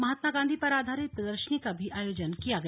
महात्मा गांधी पर आधारित प्रदर्शनी का भी आयोजन किया गया